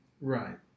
Right